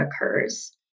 occurs